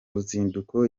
ruzinduko